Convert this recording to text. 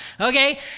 okay